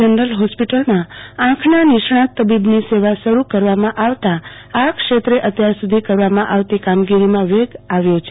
general હોસ્પિટલમાં આંખના નિષ્ણાંત તબીબની સેવા શરૂ કરવામાં આવતા આ ક્ષેત્રે અત્યાર સુધી કરવામાં આવતી કામગીરીમાં વેગ આપ્યો છે